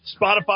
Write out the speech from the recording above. Spotify